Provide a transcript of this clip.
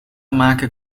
maken